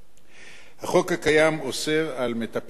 החוק הקיים אוסר על מטפל נפשי,